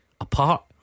apart